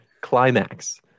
Climax